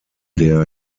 der